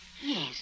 Yes